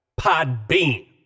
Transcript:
Podbean